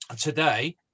Today